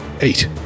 Eight